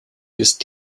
ist